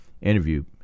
interview